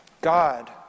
God